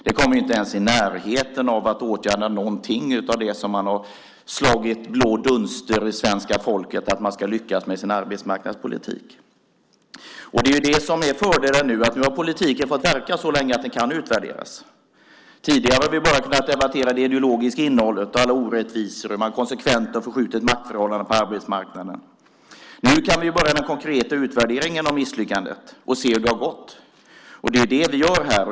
Det kommer inte ens i närheten av att åtgärda någonting av det som man har föresatt sig att lyckas med inom arbetsmarknadspolitiken. Man har slagit blå dunster i ögonen på svenska folket. Det som är fördelen nu är att politiken har fått verka så länge att den kan utvärderas. Tidigare har vi bara kunnat debattera det ideologiska innehållet, alla orättvisor och att man konsekvent har förskjutit maktförhållandena på arbetsmarknaden. Nu kan vi börja den konkreta utvärderingen av misslyckandet och se hur det har gått. Det är det vi gör här.